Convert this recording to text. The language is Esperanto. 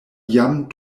jam